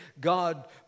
God